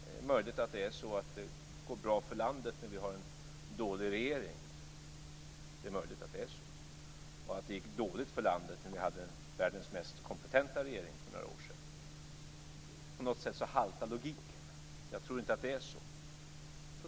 Det är möjligt att det går bra för landet med en dålig regering och att det gick dåligt för landet med världens mest kompetenta regering för några år sedan. På något sätt haltar logiken. Jag tror inte att det är så.